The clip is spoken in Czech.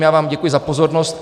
Já vám děkuji za pozornost.